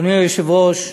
אדוני היושב-ראש,